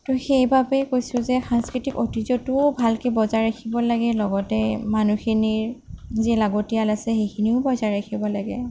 ত' সেইবাবে কৈছোঁ যে সাংস্কৃতিক ঐতিহ্যটোও ভালকৈ বজাই ৰাখিব লাগে লগতে মানুহখিনিৰ যি লাগতীয়াল আছে সেইখিনিও বজাই ৰাখিব লাগে